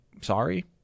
sorry